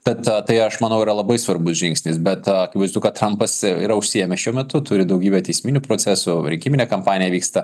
tad tai aš manau yra labai svarbus žingsnis bet akivaizdu kad trampas yra užsiėmęs šiuo metu turi daugybę teisminių procesų rinkiminė kampanija vyksta